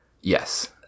yes